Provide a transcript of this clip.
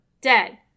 dead